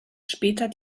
später